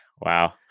Wow